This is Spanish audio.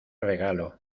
regalo